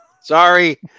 Sorry